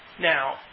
Now